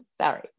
sorry